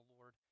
Lord